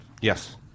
Yes